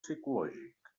psicològic